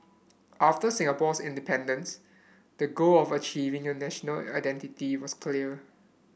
after Singapore's independence the goal of achieving a national identity was clear